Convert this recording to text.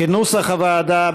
כנוסח הוועדה,